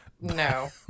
No